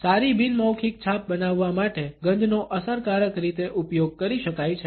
સારી બિન મૌખિક છાપ બનાવવા માટે ગંધનો અસરકારક રીતે ઉપયોગ કરી શકાય છે